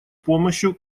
помощью